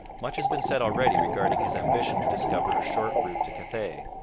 much has been said already regarding his ambition to discover a short route to cathay.